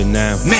now